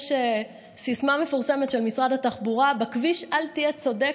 יש סיסמה מפורסמת של משרד התחבורה: "בכביש אל תהיה צודק,